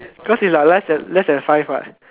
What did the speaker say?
cause it's our lives than five what